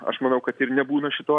aš manau kad ir nebūna šituo